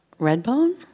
Redbone